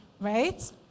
right